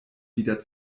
wieder